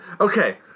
Okay